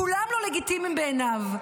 כולם לא לגיטימיים בעיניו,